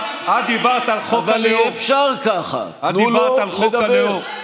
אבל אי-אפשר ככה, תנו לו לדבר.